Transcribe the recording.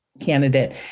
candidate